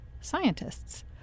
scientists